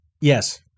Yes